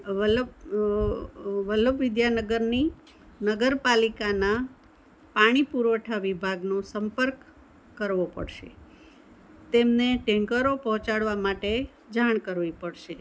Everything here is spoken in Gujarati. વલ્લભ વલ્લભ વિદ્યાનગરની નગરપાલિકાના પાણી પુરવઠા વિભાગનો સંપર્ક કરવો પડશે તેમને ટેન્કરો પહોંચાડવા માટે જાણ કરવી પડશે